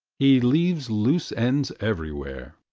he leaves loose ends everywhere.